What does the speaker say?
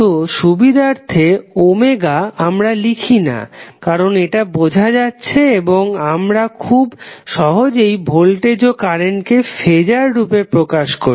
তো সুবিধার্থে আমরা ওমেগা লিখি না কারণ এটা বোঝা যাচ্ছে এবং আমরা খুব সহজেই ভোল্টেজ ও কারেন্টকে ফেজার রূপে প্রকাশ করি